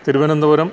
Thiruvananthapuram